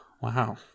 Wow